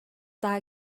daha